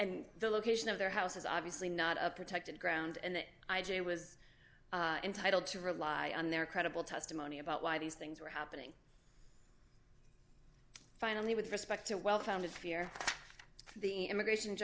and the location of their house is obviously not a protected ground and that i j was entitled to rely on their credible testimony about why these things were happening finally with respect to well founded fear the immigration